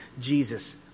Jesus